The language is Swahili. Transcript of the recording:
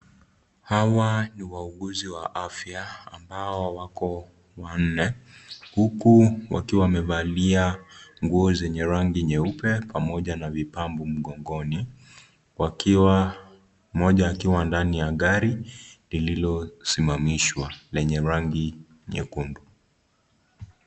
Hawa ni wauguzi wa afya ambao wako wanne huku wakiwa wamevala nguo zenye rangi nyeupe pamoja na mipambo mgongoni, wakiwa mmoja akiwa ndani ya gari lililosimamishwa lenye rangi nyekundu.